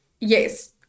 yes